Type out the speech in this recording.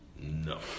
No